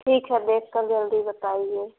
ठीक है देखकर जल्दी बताइए